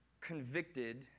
convicted